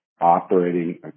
operating